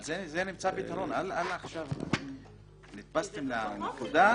אבל לזה נמצא פתרון, נתפסתם לנקודה.